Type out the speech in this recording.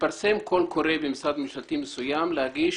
מתפרסם קול קורא במשרד ממשלתי מסוים להגיש